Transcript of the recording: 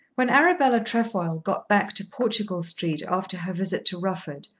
when arabella trefoil got back to portugal street after her visit to rufford,